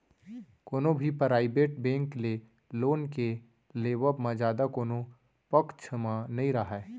कोनो भी private bank ले लोन के लेवब म जादा कोनो पक्छ म नइ राहय